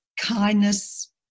kindness